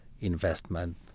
investment